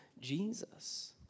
Jesus